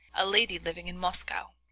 a lady living in moscow.